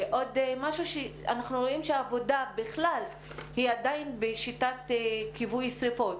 אנחנו רואים שהעבודה בכלל היא עדיין בשיטת כיבוי שריפות,